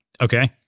Okay